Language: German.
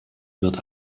wird